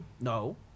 No